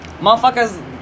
motherfuckers